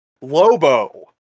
Lobo